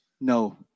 no